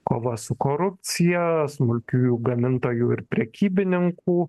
kova su korupcija smulkiųjų gamintojų ir prekybininkų